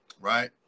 right